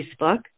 Facebook